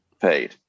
paid